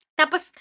tapos